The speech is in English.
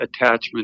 attachment